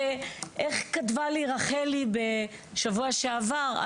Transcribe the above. ואיך כתבה לי רחי בשבוע שעבר?